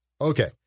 Okay